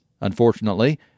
Unfortunately